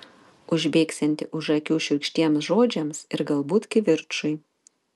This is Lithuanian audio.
užbėgsianti už akių šiurkštiems žodžiams ir galbūt kivirčui